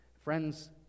Friends